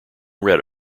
red